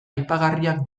aipagarriak